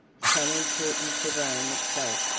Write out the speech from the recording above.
so important to rome itself,